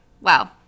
wow